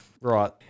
Right